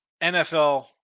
NFL